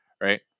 right